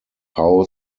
how